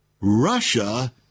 Russia